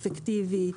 אפקטיבי,